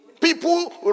People